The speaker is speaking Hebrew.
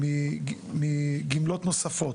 הנוספות מגמלות נוספות.